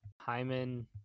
Hyman